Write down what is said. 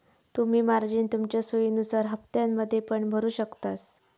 तुम्ही मार्जिन तुमच्या सोयीनुसार हप्त्त्यांमध्ये पण भरु शकतास